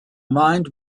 mind